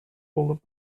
boulevard